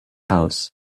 house